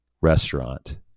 restaurant